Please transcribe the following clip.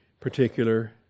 particular